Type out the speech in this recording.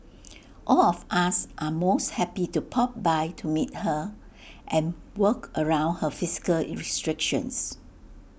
all of us are most happy to pop by to meet her and work around her physical restrictions